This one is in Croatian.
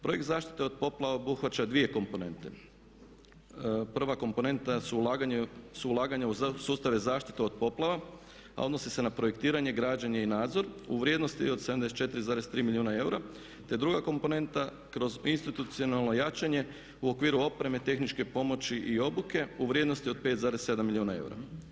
Projekt zaštite od poplava obuhvaća dvije komponente, prva komponenta su ulaganja u sustave zaštite od poplava a odnosi se na projektiranje, građenje i nadzor u vrijednosti od 74,3 milijuna eura te druga komponenta kroz institucionalno jačanje u okviru opreme, tehničke pomoći i obuke u vrijednosti od 5,7 milijuna eura.